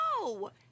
no